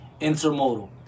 intermodal